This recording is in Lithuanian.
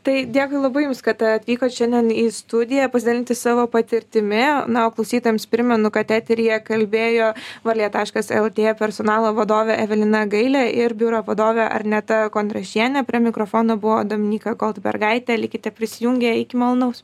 tai dėkui labai jums kad atvykot šiandien į studiją pasidalinti savo patirtimi na o klausytojams primenu kad eteryje kalbėjo varlė lt personalo vadovė evelina gailė ir biuro vadovė arneta kondrašienė prie mikrofono buvo dominyka goldbergaitė likite prisijungę iki malonaus